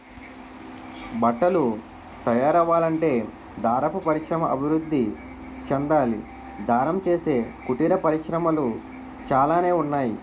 బట్టలు తయారవ్వాలంటే దారపు పరిశ్రమ అభివృద్ధి చెందాలి దారం చేసే కుటీర పరిశ్రమలు చాలానే ఉన్నాయి